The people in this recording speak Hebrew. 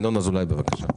ינון אזולאי, בבקשה.